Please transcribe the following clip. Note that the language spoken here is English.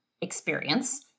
experience